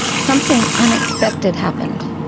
something unexpected happened.